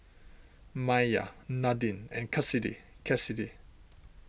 Maiya Nadine and Kassidy Kassidy